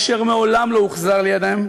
אשר מעולם לא הוחזר לידיהם,